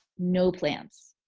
no plants,